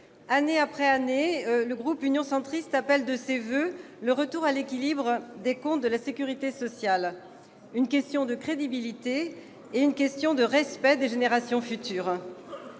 année après année, le groupe Union Centriste appelle de ses voeux le retour à l'équilibre des comptes de la sécurité sociale : c'est une question de crédibilité et de respect des générations futures.